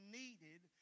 needed